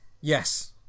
yes